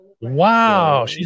Wow